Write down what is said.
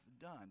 done